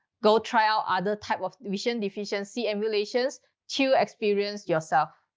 go try out other type of vision deficiency emulations to experience yourself.